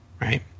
right